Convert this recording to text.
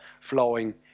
flowing